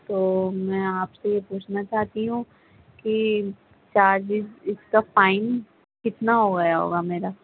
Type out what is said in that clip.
تو میں آپ سے یہ پوچھنا چاہتی ہوں کہ چارجز اس کا فائن کتنا ہو گیا ہوگا میرا